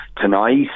tonight